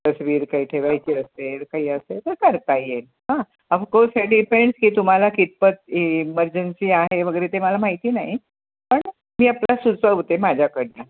तस्वीर काही ठेवायची असेल काही असेल तर करता येईल हं अफकोर्स हे डिपेंड्स की तुम्हाला कितपत इमर्जन्सी आहे वगैरे ते मला माहिती नाही पण मी आपलं सुचवते माझ्याकडून